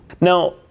Now